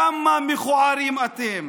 כמה מכוערים אתם.